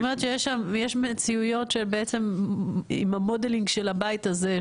זאת אומרת שיש מציאויות של המודלינג של הבית הזה,